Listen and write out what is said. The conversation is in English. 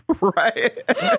right